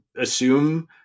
assume